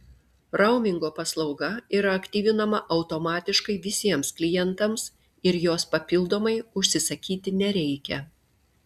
raumingo paslauga yra aktyvinama automatiškai visiems klientams ir jos papildomai užsisakyti nereikia